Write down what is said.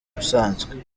ubusanzwe